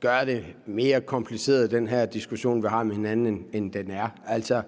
gøre den her diskussion, vi har med hinanden, mere